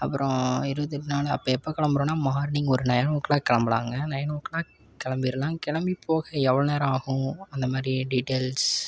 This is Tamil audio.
அப்புறம் இருபத்தெட்டு நாலு அப்போ எப்போ கிளம்புறோம்னா மார்னிங் ஒரு நைன் ஓ க்ளாக் கிளம்பலாங்க நைன் ஓ க்ளாக் கிளம்பிறலாம் கிளம்பி போக எவ்வளோவு நேரம் ஆகும் அந்தமாதிரி டீடெயில்ஸ்